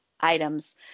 items